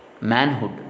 manhood